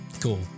cool